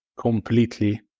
completely